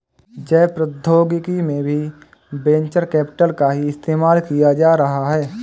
जैव प्रौद्योगिकी में भी वेंचर कैपिटल का ही इस्तेमाल किया जा रहा है